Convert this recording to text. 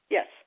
Yes